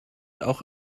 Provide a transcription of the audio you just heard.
auch